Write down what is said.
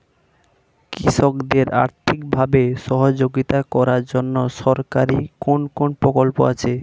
কৃষকদের আর্থিকভাবে সহযোগিতা করার জন্য সরকারি কোন কোন প্রকল্প আছে?